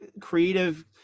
creative